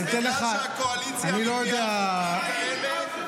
אז בגלל שהקואליציה מביאה חוקים כאלה, אז מה דעתך?